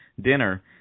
dinner